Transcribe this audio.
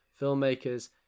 filmmakers